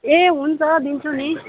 ए हुन्छ दिन्छु नि